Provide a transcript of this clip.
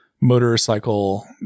motorcycle